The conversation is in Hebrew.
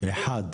אחד.